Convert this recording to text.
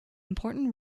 important